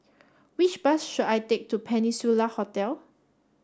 which bus should I take to Peninsula Hotel